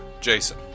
Jason